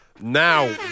Now